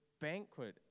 banquet